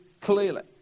clearly